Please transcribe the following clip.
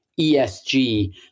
ESG